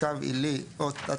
- קו עילי או תת